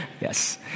Yes